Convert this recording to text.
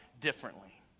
differently